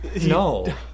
No